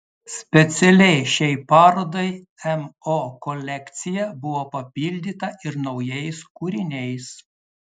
specialiai šiai parodai mo kolekcija buvo papildyta ir naujais kūriniais